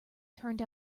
turned